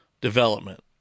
development